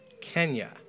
Kenya